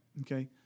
Okay